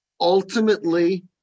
ultimately